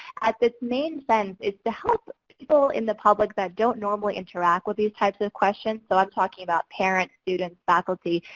at this main sense, is to help people in the public that don't normally interact with these types of questions, so i'm talking about parents, students, faculty,